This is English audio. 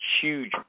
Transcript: huge